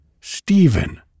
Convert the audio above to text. Stephen